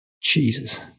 Jesus